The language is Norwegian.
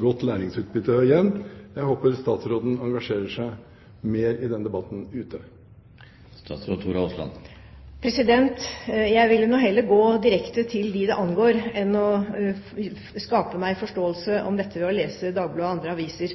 godt læringsutbytte. Og igjen: Jeg håper statsråden engasjerer seg mer i den debatten ute. Jeg ville nå heller gå direkte til dem det angår, enn å skape meg forståelse om dette ved å lese Dagbladet og andre aviser.